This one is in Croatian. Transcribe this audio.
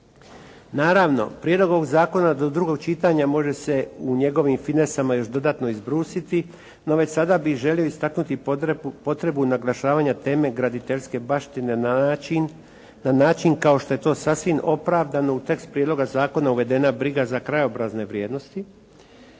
Naravno, Prijedlog ovoga zakona do drugog čitanja može se u njegovim finesama još dodatno izbrusiti no već sada bih želio istaknuti potrebu naglašavanja teme graditeljske baštine na način kao što je to sasvim opravdano, u tekst prijedloga zakona uvedena briga za krajobrazne vrijednosti.